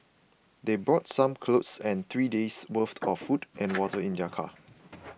they brought some clothes and three days' worth of food and water in their car